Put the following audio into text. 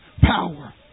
power